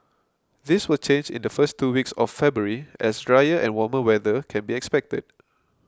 this will change in the first two weeks of February as drier and warmer weather can be expected